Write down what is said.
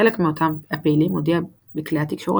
חלק מאותם הפעילים הודיע בכלי התקשורת